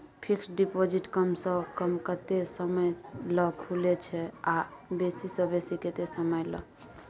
Fixed deposit कम स कम कत्ते समय ल खुले छै आ बेसी स बेसी केत्ते समय ल?